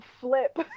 flip